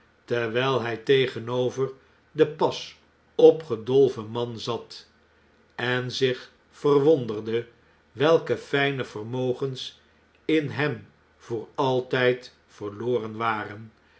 terwgl hij tegenover den pas opgedolven man zat en zich verwonderde welke fijne vermogens in hem voor altijd verloren waren